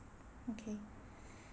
okay